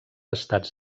estats